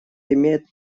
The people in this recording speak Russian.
имеет